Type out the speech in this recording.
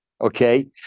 Okay